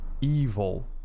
evil